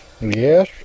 Yes